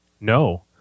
No